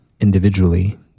individually